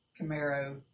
Camaro